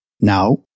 Now